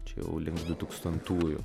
čia jau link du tūkstantųjų